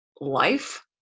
life